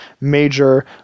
major